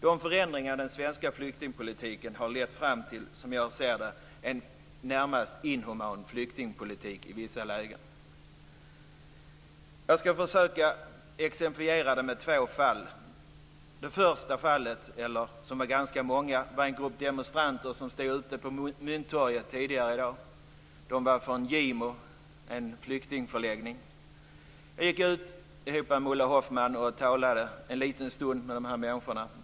De förändringar som den svenska flyktingpolitiken har lett fram till är, som jag ser det, en närmast inhuman flyktingpolitik i vissa lägen. Jag skall försöka exemplifiera med två fall. Det första fallet gäller en grupp demonstranter som stod ute på Mynttorget tidigare i dag. De var från Gimo, från en flyktingförläggning. Jag gick ut med Ulla Hoffmann och talade en stund med dessa människor.